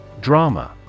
Drama